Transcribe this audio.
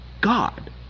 God